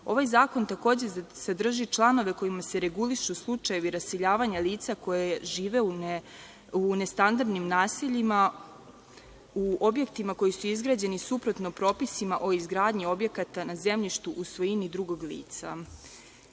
zakon takođe sadrži članove kojima se regulišu slučajevi raseljavanja lica koja žive u nestandardnim naseljima, u objektima koji su izgrađeni suprotnost propisima o izgradnji objekata na zemljištu u svojini drugog